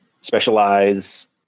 specialize